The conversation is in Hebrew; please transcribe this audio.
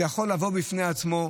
זה יכול לבוא בפני עצמו.